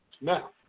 Now